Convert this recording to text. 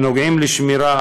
הנוגעים בשמירה,